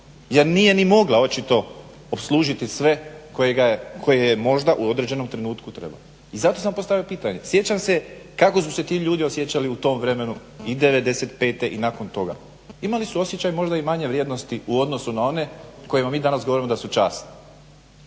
jer nije ni mogla očito opslužiti sve koje je možda u određenom trenutku trebala. Zato sam postavio pitanje. Sjećam se kako su se ti ljudi osjećali u tom vremenu i '95. i nakon toga. Imali su osjećaj možda i manje vrijednosti u odnosu na one o kojima mi danas govorimo da su časni.